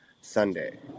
Sunday